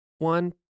One